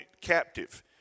captive